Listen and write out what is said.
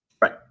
Right